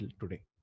today